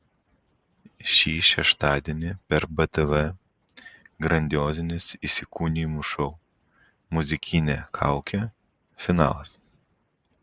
šį šeštadienį per btv grandiozinis įsikūnijimų šou muzikinė kaukė finalas